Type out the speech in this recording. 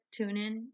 TuneIn